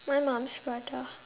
my mom's prata